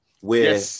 where-